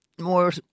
more